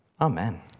Amen